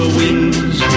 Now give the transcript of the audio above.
wings